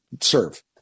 serve